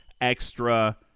extra